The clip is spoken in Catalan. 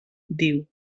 diu